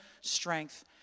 strength